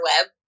web